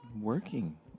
working